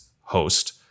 host